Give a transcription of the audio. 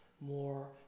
more